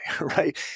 right